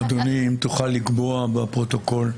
אדוני, אם תוכל לקבוע בפרוטוקול,